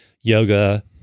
yoga